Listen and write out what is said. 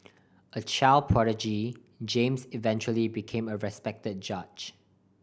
a child prodigy James eventually became a respect judge